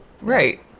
right